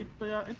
playoff